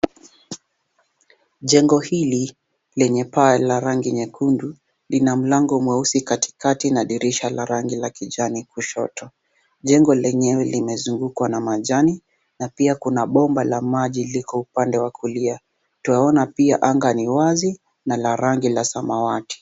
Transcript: Jengo hili lenye paa la rangi nyekundu lina mlango mweusi katikati na dirisha la rangi la kijani kushoto. Jengo lenyewe limezungukwa na majani na pia kuna bomba la maji liko upande wa kulia. Twaona pia anga ni wazi na la rangi la samawati.